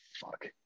fuck